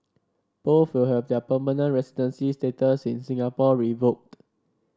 both will have their permanent residency status in Singapore revoked